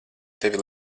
tevi